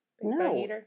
no